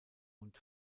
und